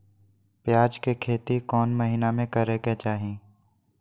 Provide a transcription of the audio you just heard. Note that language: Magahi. प्याज के खेती कौन महीना में करेके चाही?